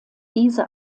diese